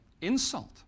insult